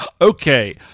Okay